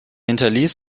hinterließ